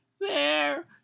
There